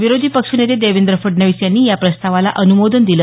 विरोधी पक्षनेते देवेंद्र फडणवीस यांनी या प्रस्तावाला अनुमोदन दिलं